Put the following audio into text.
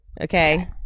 Okay